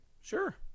Sure